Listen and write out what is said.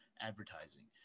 advertising